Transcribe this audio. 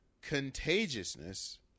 contagiousness